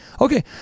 okay